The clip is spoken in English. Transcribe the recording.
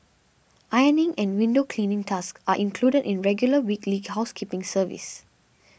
ironing and window cleaning tasks are included in regular weekly housekeeping service